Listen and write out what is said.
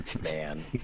man